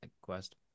quest